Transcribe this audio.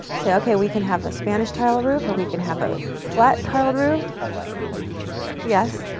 say okay, we can have a spanish tile roof or we can have a flat tiled roof i like the metal roof better. yes.